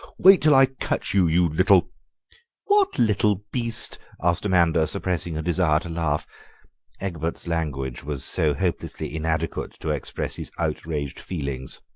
wait till i catch you, you little what little beast? asked amanda, suppressing a desire to laugh egbert's language was so hopelessly inadequate to express his outraged feelings.